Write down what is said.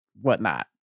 whatnot